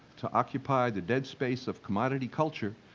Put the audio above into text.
to occupy the dead space of commodity culture,